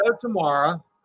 tomorrow